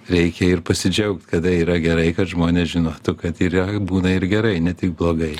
reikia ir pasidžiaugt kada yra gerai kad žmonės žinotų kad yra būna ir gerai ne tik blogai